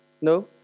No